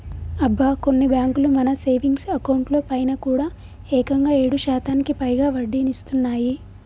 అబ్బా కొన్ని బ్యాంకులు మన సేవింగ్స్ అకౌంట్ లో పైన కూడా ఏకంగా ఏడు శాతానికి పైగా వడ్డీనిస్తున్నాయి